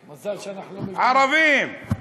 ערבים.